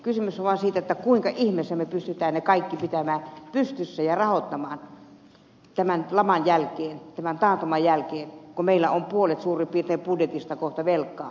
kysymys on vain siitä kuinka ihmeessä me pystymme sen kaiken pitämään pystyssä ja rahoittamaan tämän laman jälkeen tämän taantuman jälkeen kun meillä on suurin piirtein puolet budjetista kohta velkaa